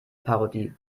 parodie